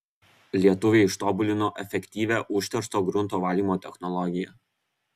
lietuviai ištobulino efektyvią užteršto grunto valymo technologiją